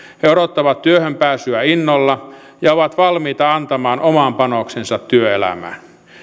he odottavat työhön pääsyä innolla ja ovat valmiita antamaan oman panoksensa työelämään